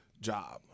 job